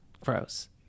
Gross